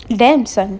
damn son